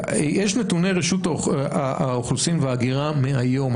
יש נתוני רשות האוכלוסין וההגירה מהיום,